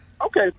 Okay